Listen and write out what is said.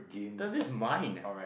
!duh! this mine